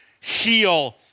heal